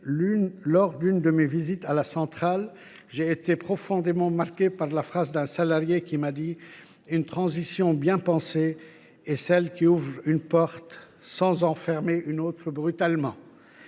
Lors de l’une de mes visites dans cette centrale, j’ai été profondément marqué par cette phrase d’un salarié :« Une transition bien pensée est celle qui ouvre une porte sans en fermer une autre brutalement.